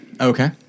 Okay